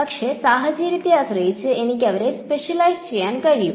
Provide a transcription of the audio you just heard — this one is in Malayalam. പക്ഷേ സാഹചര്യത്തെ ആശ്രയിച്ച് എനിക്ക് അവരെ സ്പെഷ്യലൈസ് ചെയ്യാൻ കഴിയും